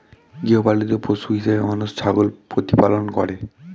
গৃহপালিত পশু হিসেবে মানুষ ছাগল প্রতিপালন করে